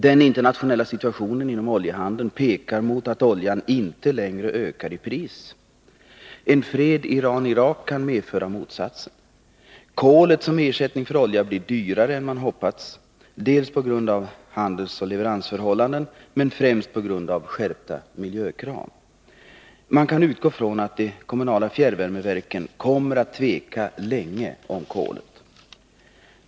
Den internationella situationen inom oljehandeln pekar mot att oljan inte längre stiger i pris. En fred mellan Iran och Irak kan medföra motsatsen. Kolet som ersättning för olja blir dyrare än man trott på grund av handelsoch leveransförhållanden men främst på grund av skärpta miljökrav. Man kan utgå från att de kommunala fjärrvärmeverken kommer att tveka länge i fråga om kolet.